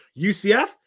UCF